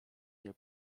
nie